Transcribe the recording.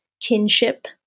kinship